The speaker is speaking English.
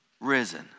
risen